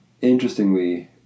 interestingly